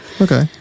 Okay